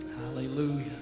hallelujah